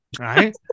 right